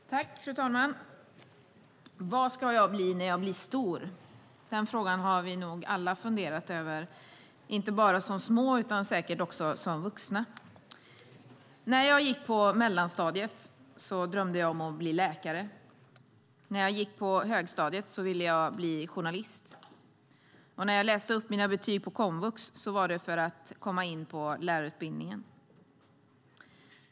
Fru talman! Vad ska jag bli när jag blir stor? Den frågan har vi nog alla funderat över inte bara som små utan säkert också som vuxna. När jag gick på mellanstadiet drömde jag om att bli läkare. När jag gick på högstadiet ville jag bli journalist. När jag läste upp mina betyg på komvux var det för att komma in på lärarutbildningen.